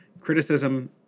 criticism